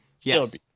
yes